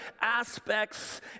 aspects